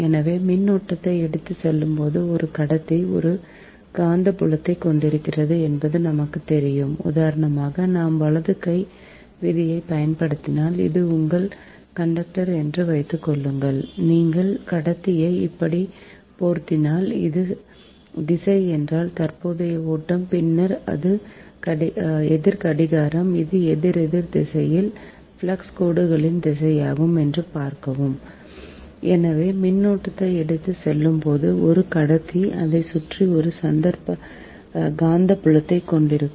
எனவே மின்னோட்டத்தை எடுத்துச் செல்லும்போது ஒரு கடத்தி ஒரு காந்தப்புலத்தைக் கொண்டிருக்கிறது என்பது நமக்குத் தெரியும் உதாரணமாக நாம் வலது கை விதியைப் பயன்படுத்தினால் இது உங்கள் கண்டக்டர் என்று வைத்துக்கொள்ளுங்கள் நீங்கள் கடத்தியை இப்படி போர்த்தினால் இது திசை என்றால் தற்போதைய ஓட்டம் பின்னர் இது எதிர் கடிகாரம் இது எதிரெதிர் திசையில் ஃப்ளக்ஸ் கோடுகளின் திசையாகும் என்று பார்க்கவும் எனவே மின்னோட்டத்தை எடுத்துச் செல்லும் ஒரு கடத்தி அதைச் சுற்றி ஒரு காந்தப்புலத்தைக் கொண்டிருக்கும்